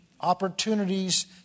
opportunities